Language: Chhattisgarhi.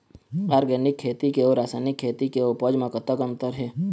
ऑर्गेनिक खेती के अउ रासायनिक खेती के उपज म कतक अंतर हे?